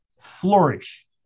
flourish